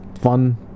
fun